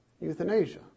Euthanasia